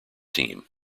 team